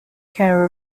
care